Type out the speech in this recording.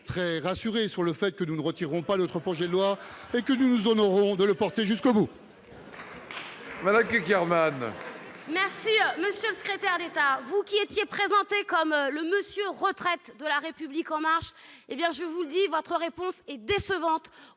la sénatrice, sur le fait que nous ne retirerons pas notre projet de loi et que nous nous honorerons de le porter jusqu'au bout